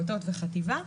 פעוטות וחטיבה,